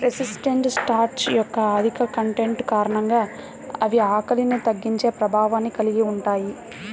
resistant starch యొక్క అధిక content కారణంగా అవి ఆకలిని తగ్గించే ప్రభావాన్ని కలిగి ఉంటాయి